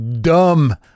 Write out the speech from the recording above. dumb